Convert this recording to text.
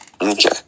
Okay